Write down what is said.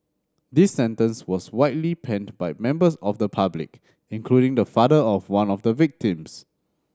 this sentence was widely panned by members of the public including the father of one of the victims